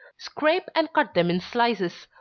scrape and cut them in slices.